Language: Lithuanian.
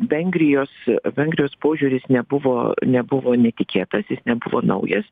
vengrijos vengrijos požiūris nebuvo nebuvo netikėtas jis nebuvo naujas